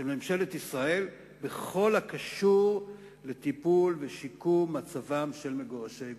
של ממשלת ישראל בכל הקשור לטיפול ולשיקום מצבם של מגורשי גוש-קטיף.